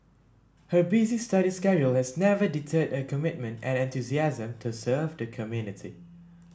her busy study schedule has never deterred her commitment and enthusiasm to serve the community